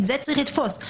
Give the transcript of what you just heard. את זה צריך לתפוס.